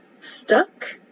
stuck